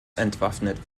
entwaffnet